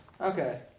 Okay